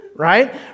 right